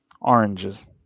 Oranges